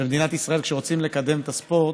במדינת ישראל, כשרוצים לקדם את הספורט,